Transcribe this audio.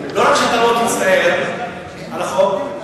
לא רק שאתה לא תצטער על החוק,